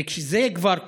וכשזה כבר קורה,